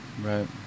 Right